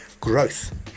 growth